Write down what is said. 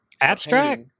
abstract